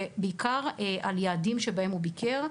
ובעיקר על היעדים שבהם הוא ביקר,